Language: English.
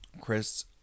Chris